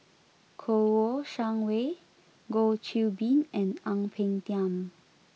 Kouo Shang Wei Goh Qiu Bin and Ang Peng Tiam